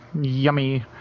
Yummy